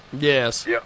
Yes